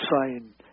sign